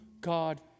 God